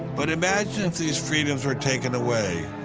but imagine if these freedoms were taken away.